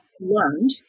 learned